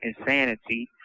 insanity